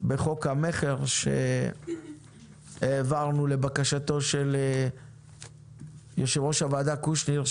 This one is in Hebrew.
בדיון בחוק המכר שהעברנו לבקשתו של יו"ר הוועדה קושניר,